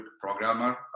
programmer